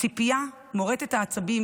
הציפייה מורטת העצבים